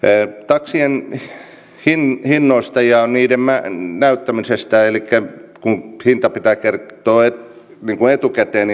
taksien hinnoista ja niiden näyttämisestä elikkä kun hinta pitää kertoa etukäteen